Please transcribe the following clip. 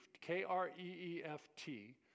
K-R-E-E-F-T